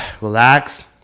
relax